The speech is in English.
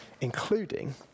including